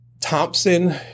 Thompson